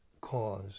cause